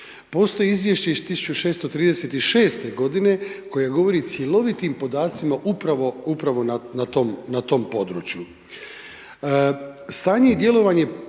Postoji izvješće iz 1636. godine, koje govori cjelovitim podacima upravo, upravo na tom, na tom području. Stanje i djelovanje